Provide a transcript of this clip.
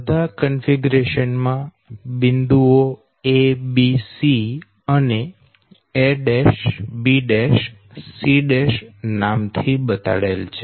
બધા configuration configuration માં બિંદુઓ a b c અને a b c નામ થી બતાડેલ છે